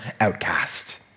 outcast